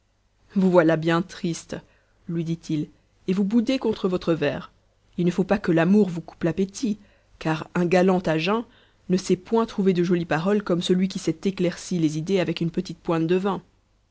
vous voilà bien triste lui dit-il et vous boudez contre votre verre il ne faut pas que l'amour vous coupe l'appétit car un galant à jeun ne sait point trouver de jolies paroles comme celui qui s'est éclairci les idées avec une petite pointe de vin